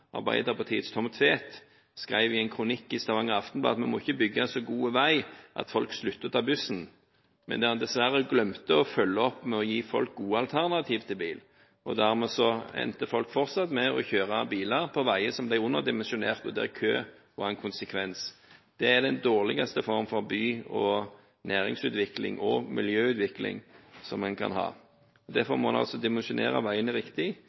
Arbeiderpartiets Tom Tvedt, skrev om i en kronikk i Stavanger Aftenblad, at vi må ikke bygge så gode veier at folk slutter å ta bussen – men der han dessverre glemte å følge opp med å gi folk gode alternativer til bil. Dermed endte folk opp med fortsatt å kjøre bil på veier som ble underdimensjonert, og der kø var en konsekvens. Det er den dårligste form for by- og næringsutvikling – og miljøutvikling – som en kan ha. Derfor må en altså dimensjonere veiene riktig,